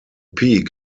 peak